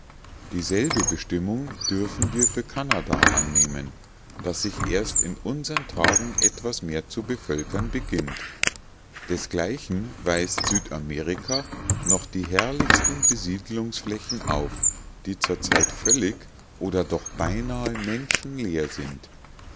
dieselbe bestimmung dürfen wir für kanada annehmen das sich erst in unsern tagen etwas mehr zu bevölkern beginnt desgleichen weist südamerika noch die herrlichsten besiedelungsflächen auf die zur zeit völlig oder doch beinahe menschenleer sind